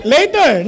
Later